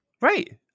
right